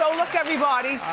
so look, everybody